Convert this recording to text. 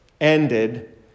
ended